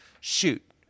shoot